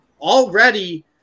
already